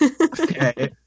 Okay